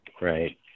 right